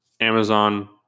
Amazon